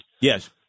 Yes